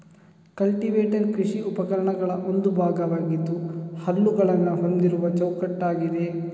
cultivator ಕೃಷಿ ಉಪಕರಣಗಳ ಒಂದು ಭಾಗವಾಗಿದ್ದು ಹಲ್ಲುಗಳನ್ನ ಹೊಂದಿರುವ ಚೌಕಟ್ಟಾಗಿದೆ